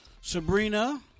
Sabrina